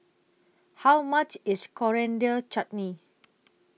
How much IS Coriander Chutney